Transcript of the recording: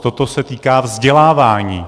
Toto se týká vzdělávání.